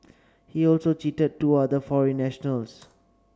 he also cheated two other foreign nationals